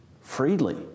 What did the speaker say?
Freely